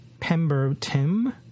Pembertim